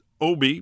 OB